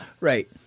right